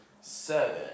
Seven